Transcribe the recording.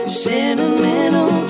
sentimental